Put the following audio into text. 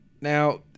Now